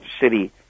city